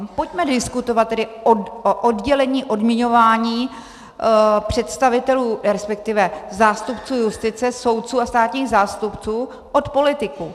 Pojďme diskutovat tedy o oddělení odměňování představitelů, resp. zástupců justice, soudců a státních zástupců od politiků.